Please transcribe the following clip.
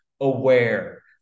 aware